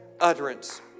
utterance